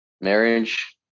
marriage